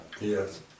Yes